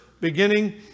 beginning